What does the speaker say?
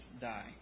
die